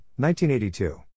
1982